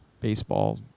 Baseball